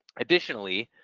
additionally,